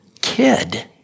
kid